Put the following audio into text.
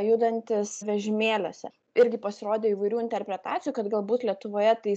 judantys vežimėliuose irgi pasirodė įvairių interpretacijų kad galbūt lietuvoje tai